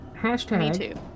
Hashtag